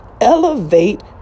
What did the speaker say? Elevate